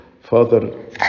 father